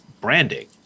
branding